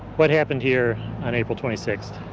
what happened here on april twenty sixth?